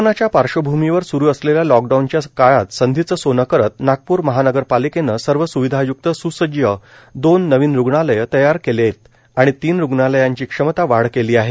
कोरोनाच्या पार्श्वभूमीवर सुरु असलेल्या लॉकडाऊनच्या काळात संधीचं सोनं करत नागपूर महानगरपालिकेने सर्व स्विधाय्क्त स्सज्ज दोन नवीन रुग्णालय तयार केले आणि तीन रुग्णालयांची क्षमता वाढ केली आहे